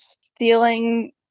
stealing